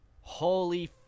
holy